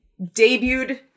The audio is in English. debuted